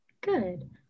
Good